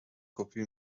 کپی